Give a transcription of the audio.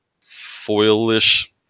foil-ish